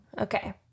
Okay